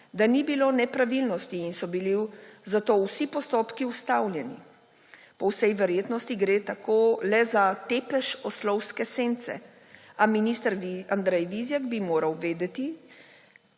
da ni bilo nepravilnosti, in so bili zato vsi postopki ustavljeni. Po vsej verjetnosti gre tako le za tepež oslovske sence, a minister Andrej Vizjak bi moral vedeti,